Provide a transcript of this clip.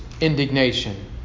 indignation